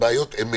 הליבה עובדת.